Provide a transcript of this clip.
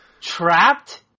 Trapped